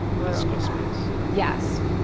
physical space. yes.